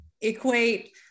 equate